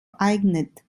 eignet